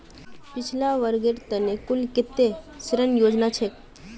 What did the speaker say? पिछड़ा वर्गेर त न कुल कत्ते ऋण योजना छेक